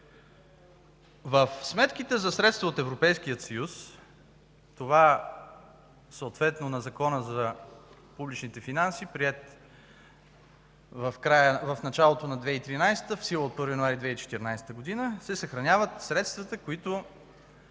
В сметките за средства от Европейския съюз, съответно в Закона за публичните финанси, приет в началото на 2013 г., в сила от 1 януари 2014 г., се съхраняват средствата, които